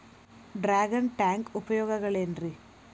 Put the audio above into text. Dragon tank ಉಪಯೋಗಗಳೆನ್ರಿ?